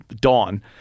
Dawn